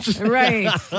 Right